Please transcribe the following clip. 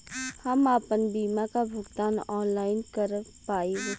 हम आपन बीमा क भुगतान ऑनलाइन कर पाईब?